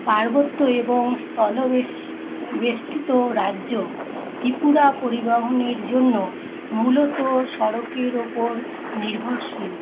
পার্বত্য এবং স্থল বেষ্টিত রাজ্য ত্রিপুরা পরিবহনের জন্য মূলত সড়কের উপর নির্ভরশীল